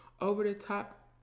over-the-top